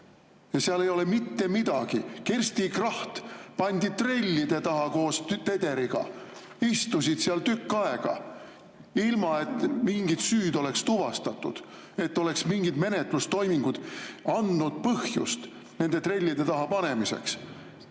ja seal ei ole mitte midagi. Kersti Kracht pandi trellide taha koos Tederiga. Istusid seal tükk aega, ilma et mingit süüd oleks tuvastatud, et oleks mingid menetlustoimingud andnud põhjust nende trellide taha panemiseks.